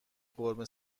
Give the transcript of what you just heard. قورمه